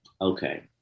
Okay